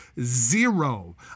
zero